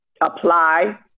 apply